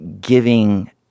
giving